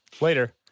later